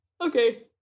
okay